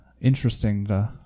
interesting